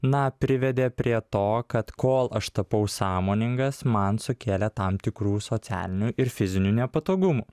na privedė prie to kad kol aš tapau sąmoningas man sukėlė tam tikrų socialinių ir fizinių nepatogumų